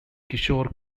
kishore